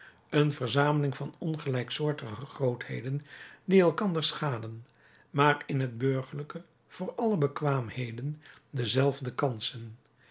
een verzameling van ongelijksoortige grootheden die elkander schaden maar in het burgerlijke voor alle bekwaamheden dezelfde kansen